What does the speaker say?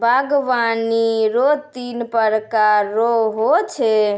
बागवानी रो तीन प्रकार रो हो छै